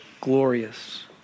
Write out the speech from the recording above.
glorious